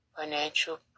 financial